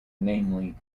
namely